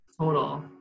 total